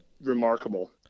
remarkable